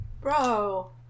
Bro